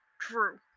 True